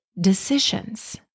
decisions